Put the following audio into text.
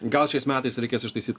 gal šiais metais reikės ištaisyt